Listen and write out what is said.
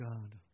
God